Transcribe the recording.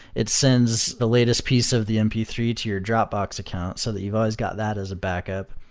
it sends the latest piece of the m p three to your dropbox account so that you've always got that as a backup.